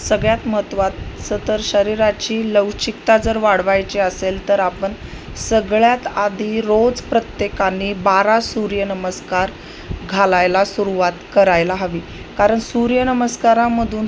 सगळ्यात महत्त्वाचं तर शरीराची लवचिकता जर वाढवायची असेल तर आपण सगळ्यात आधी रोज प्रत्येकानी बारा सूर्यनमस्कार घालायला सुरुवात करायला हवी कारण सूर्यनमस्कारामधून